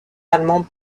allemand